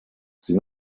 sie